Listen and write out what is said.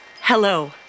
Hello